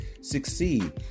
succeed